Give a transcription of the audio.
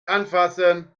anfassen